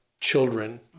children